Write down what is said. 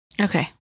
Okay